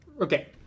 okay